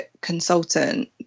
consultant